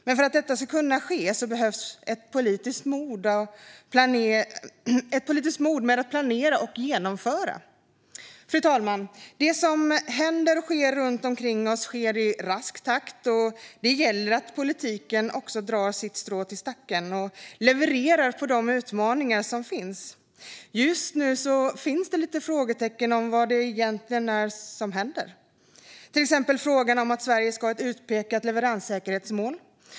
Men för att detta ska kunna ske behövs politiskt mod att planera och genomföra det hela. Fru talman! Det som händer runt omkring oss sker i rask takt, och det gäller att politiken också drar sitt strå till stacken och levererar utifrån de utmaningar som finns. Just nu finns frågetecken om vad som egentligen händer. Ta till exempel frågan om att Sverige ska ha ett utpekat leveranssäkerhetsmål.